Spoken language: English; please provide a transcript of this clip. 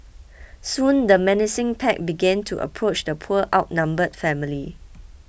soon the menacing pack began to approach the poor outnumbered family